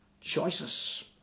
choices